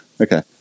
Okay